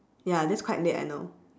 ya that's quite late I know